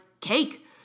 cake